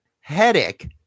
headache